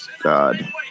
god